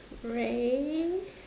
ray